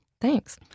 Thanks